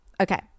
Okay